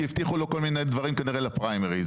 כי הבטיחו לו כל מיני דברים כולל הפריימריז.